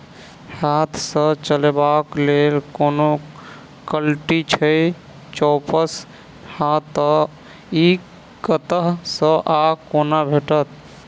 हाथ सऽ चलेबाक लेल कोनों कल्टी छै, जौंपच हाँ तऽ, इ कतह सऽ आ कोना भेटत?